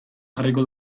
jarriko